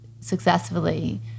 successfully